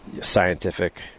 scientific